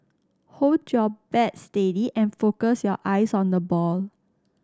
hold your bat steady and focus your eyes on the ball